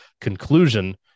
conclusion